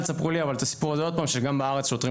אל תספרו לי את הסיפור הזה עוד פעם שגם בארץ שוטרים